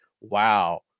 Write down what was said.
wow